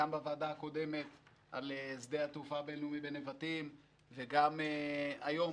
גם בוועדה הקודמת על שדה התעופה הבין-לאומי בנבטים וגם היום,